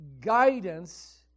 guidance